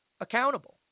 accountable